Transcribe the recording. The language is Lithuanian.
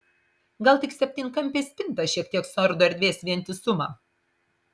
gal tik septynkampė spinta šiek tiek suardo erdvės vientisumą